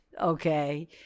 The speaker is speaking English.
okay